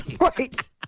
Right